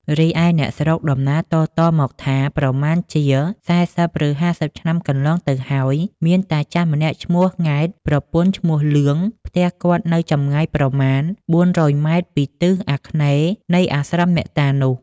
រីឯអ្នកស្រុកដំណាលតៗមកថា ប្រមាណជា ៤០ ឬ ៥០ ឆ្នាំកន្លងទៅហើយ មានតាចាស់ម្នាក់ឈ្មោះង៉ែត ប្រពន្ធ ឈ្មោះលឿង ផ្ទះគាត់នៅចម្ងាយប្រមាណ ៤០០ម ពីទិសអាគ្នេយ៍នៃអាស្រមអ្នកតានោះ ។